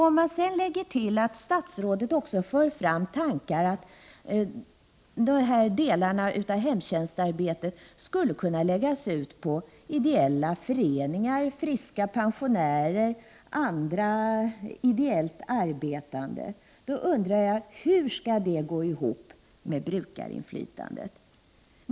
Om man sedan lägger till att statsrådet också för fram tankar om att delar av hemtjänstarbetet skulle kunna läggas ut på ideella föreningar, friska pensionärer och andra ideellt arbetande, undrar jag hur det skall gå ihop med brukarinflytandet.